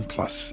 Plus